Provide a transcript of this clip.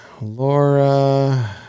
Laura